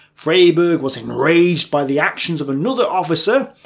freyberg was enraged by the actions of another officer,